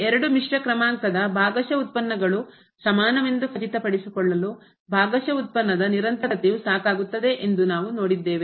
ಈ ಎರಡು ಮಿಶ್ರ ಕ್ರಮಾಂಕದ ಭಾಗಶಃ ಉತ್ಪನ್ನಗಳು ಸಮಾನವೆಂದು ಖಚಿತಪಡಿಸಿಕೊಳ್ಳಲು ಭಾಗಶಃ ಉತ್ಪನ್ನದ ನಿರಂತರತೆಯು ಸಾಕಾಗುತ್ತದೆ ಎಂದು ನಾವು ನೋಡಿದ್ದೇವೆ